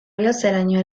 bihotzeraino